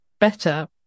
better